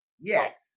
yes